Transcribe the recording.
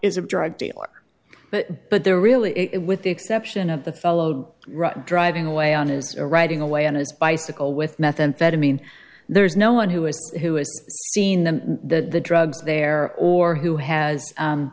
is a drug dealer but they're really with the exception of the fellow driving away on his riding away on his bicycle with methamphetamine there's no one who has seen the drugs there or who has